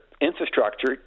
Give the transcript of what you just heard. infrastructure